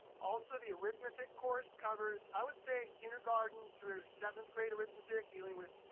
also the arithmetic course covers, i would say, kindergarten through seventh grade arithmetic, dealing with